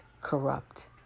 corrupt